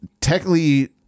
technically